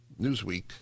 Newsweek